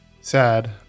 sad